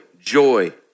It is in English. joy